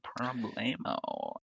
problemo